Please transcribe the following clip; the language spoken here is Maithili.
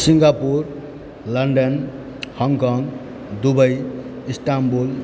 Singapore London Hong Kong Dubai Istanbul